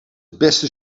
beste